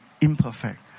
imperfect